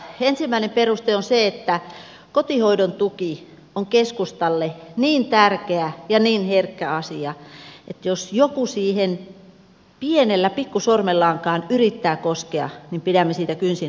ensimmäinen peruste on se että kotihoidon tuki on keskustalle niin tärkeä ja herkkä asia että jos joku siihen pienellä pikkusormellaankaan yrittää koskea niin pidämme siitä kynsin hampain kiinni